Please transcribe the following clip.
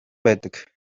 байдаг